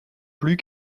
plus